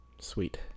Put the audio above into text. sweet